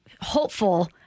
hopeful